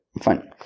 fine